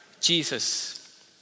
Jesus